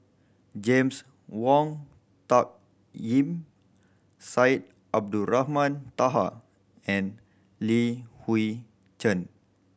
James Wong Tuck Yim Syed Abdulrahman Taha and Li Hui Cheng